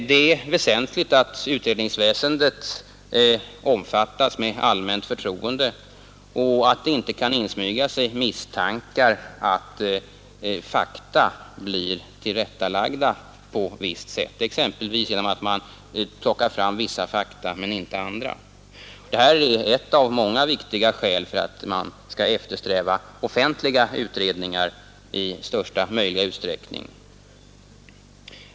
Det är väsentligt att utredningsväsendet omfattas med allmänt förtroende och att det inte kan insmyga sig misstankar att fakta blir tillrättalagda på ett visst sätt, t.ex. genom att man plockar fram vissa fakta men inte andra. Det är ett av många viktiga skäl för att man skall eftersträva offentliga utredningar i största möjliga utsträckning.